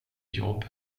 jobb